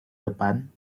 depan